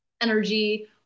energy